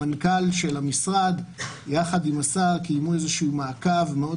המנכ"ל של המשרד יחד עם השר קיימו איזשהו מעקב מאוד